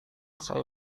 saya